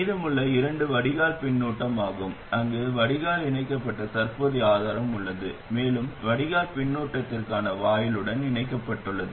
மீதமுள்ள இரண்டு வடிகால் பின்னூட்டம் ஆகும் அங்கு வடிகால் இணைக்கப்பட்ட தற்போதைய ஆதாரம் உள்ளது மேலும் வடிகால் பின்னூட்டத்திற்கான வாயிலுடன் இணைக்கப்பட்டுள்ளது